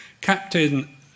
Captain